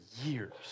years